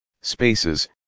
spaces